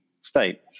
state